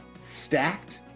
stacked